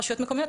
רשויות מקומיות,